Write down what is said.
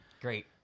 Great